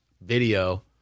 video